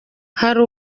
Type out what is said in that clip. hari